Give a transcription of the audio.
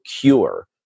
cure